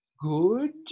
good